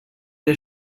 der